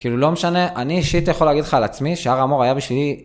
כאילו לא משנה אני אישית יכול להגיד לך על עצמי שהר המור היה בשבילי